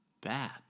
bad